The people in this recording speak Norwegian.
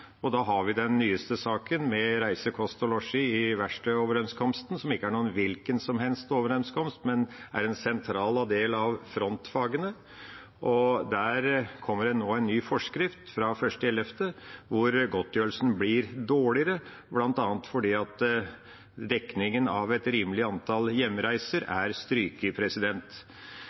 i verkstedoverenskomsten, som ikke er noen hvilken som helst overenskomst, men en sentral del av frontfagene. Der kom det en ny forskrift fra 1. november, hvor godtgjørelsen blir dårligere, bl.a. fordi dekningen av et rimelig antall hjemreiser er